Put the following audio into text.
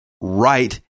right